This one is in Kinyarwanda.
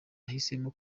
nahisemo